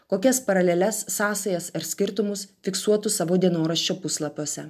kokias paraleles sąsajas ir skirtumus fiksuotų savo dienoraščių puslapiuose